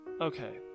Okay